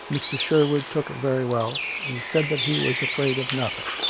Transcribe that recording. mr. sherwood took it very well, and said that he was afraid of nothing,